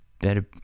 better